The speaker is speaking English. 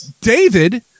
David